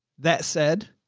that said,